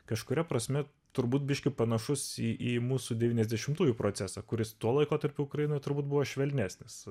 kažkuria prasme turbūt biškį panašus į į mūsų devyniasdešimtųjų procesą kuris tuo laikotarpiu ukrainoj turbūt buvo švelnesnis